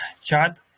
chat